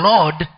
Lord